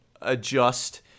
adjust